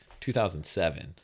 2007